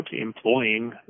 employing